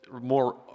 more